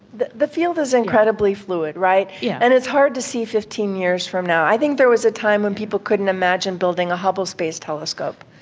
the the field is incredibly fluid, yeah and it's hard to see fifteen years from now. i think there was a time when people couldn't imagine building a hubble space telescope.